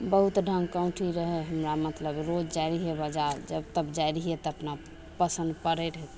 बहुत ढङ्गके औँठी रहय हमरा मतलब रोज जाइ रहियै बजार तब जाइ रहियै तऽ अपना पसन्द पड़य रहय तऽ